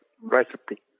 recipe